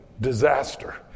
disaster